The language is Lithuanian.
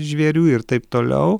žvėrių ir taip toliau